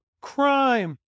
crime